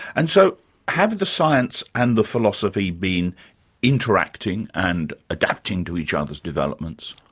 and so have the science and the philosophy been interacting and adapting to each other's developments?